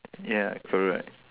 ya correct